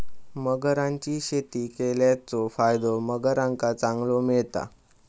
मगरांची शेती केल्याचो फायदो मगरांका चांगलो मिळता